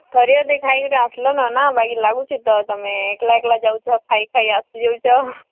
ଥରେ ଅଧେ ଖାଇକିରି ଆସ୍ଲନ ନା ବାଗିର୍ ଲାଗୁଛେ ତ ତମେ ଏକ୍ଲା ଏକ୍ଲା ଯାଉଛ ଖାଇ ଖାଇ ଆସି ଯଉଛ